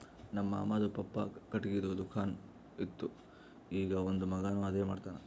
ನಮ್ ಮಾಮಾದು ಪಪ್ಪಾ ಖಟ್ಗಿದು ದುಕಾನ್ ಇತ್ತು ಈಗ್ ಅವಂದ್ ಮಗಾನು ಅದೇ ಮಾಡ್ತಾನ್